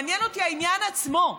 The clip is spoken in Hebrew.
מעניין אותי העניין עצמו.